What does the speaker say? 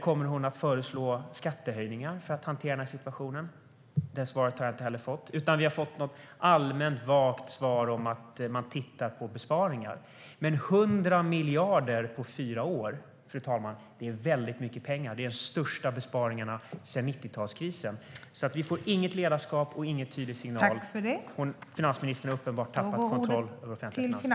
Kommer hon att föreslå skattehöjningar för att hantera situationen? Det svaret har jag inte heller fått. Vi har fått ett allmänt vagt svar om att man tittar på besparingar. Fru talman! 100 miljarder på fyra år är mycket pengar. Det är den största besparingen sedan 90-talskrisen. Det finns inget ledarskap, och det ges ingen tydlig signal. Finansministern har uppenbarligen tappat kontrollen över de offentliga finanserna.